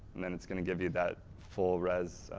and then it's going to give you that full res,